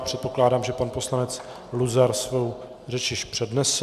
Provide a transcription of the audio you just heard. Předpokládám, že pan poslanec Luzar svou řeč již přednesl.